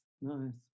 nice